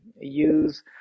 use